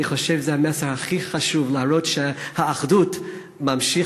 אני חושב שזה המסר הכי חשוב: להראות שהאחדות ממשיכה,